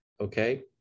Okay